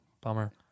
Bummer